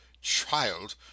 Child